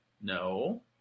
No